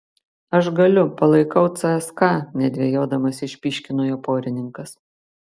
aš galiu palaikau cska nedvejodamas išpyškino jo porininkas